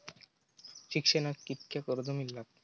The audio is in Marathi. शिक्षणाक कीतक्या कर्ज मिलात?